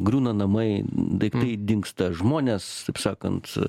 griūna namai daiktai dingsta žmonės taip sakant